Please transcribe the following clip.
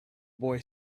boy